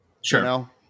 Sure